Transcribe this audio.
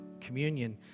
communion